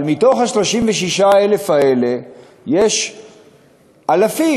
אבל בתוך ה-36,000 האלה יש אלפים